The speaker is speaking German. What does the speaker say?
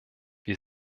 wir